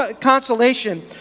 consolation